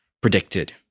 predicted